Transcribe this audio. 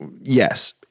yes